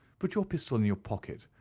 put your pistol in your pocket.